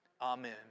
Amen